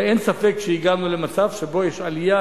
אין ספק שהגענו למצב שבו יש עלייה